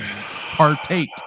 partake